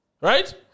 Right